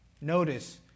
Notice